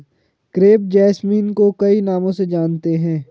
crepe jasmine को कई नामों से जानते हैं